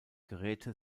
geräte